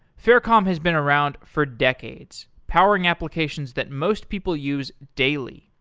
faircom has been around for decades powering applications that most people use daily.